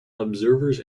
observers